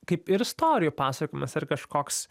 kaip ir istorijų pasakojimas ar kažkoks